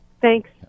Thanks